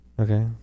Okay